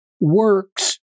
works